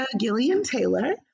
Gillian-Taylor